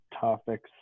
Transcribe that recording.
topics